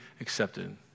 accepted